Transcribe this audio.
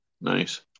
Nice